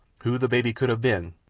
who the baby could have been,